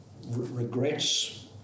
Regrets